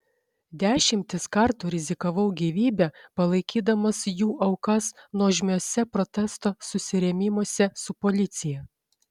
dešimtis kartų rizikavau gyvybe palaikydamas jų aukas nuožmiuose protesto susirėmimuose su policija